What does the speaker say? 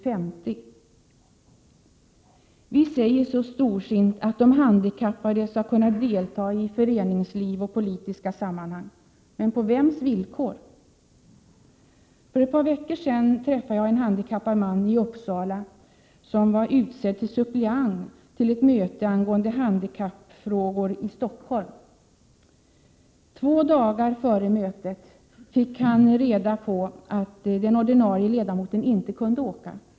Vi säger så storsint att de handikappade skall kunna delta i föreningsliv och politiska sammanhang, men på vems villkor? För ett par veckor sedan träffade jag i Uppsala en handikappad man, som var utsedd till suppleant till ett möte i Stockholm angående handikappfrågor. Två dagar före mötet fick han reda på att den ordinarie ledamoten inte kunde åka.